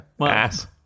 Ass